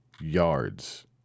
yards